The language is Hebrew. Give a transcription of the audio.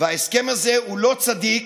וההסכם הזה הוא לא צדיק,